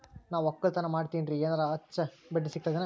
ನಾ ಒಕ್ಕಲತನ ಮಾಡತೆನ್ರಿ ಎನೆರ ಹೆಚ್ಚ ಬಡ್ಡಿ ಸಿಗತದೇನು?